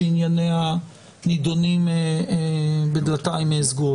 שענייניה נידונים בדלתיים סגורות.